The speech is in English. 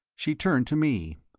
she turned to me.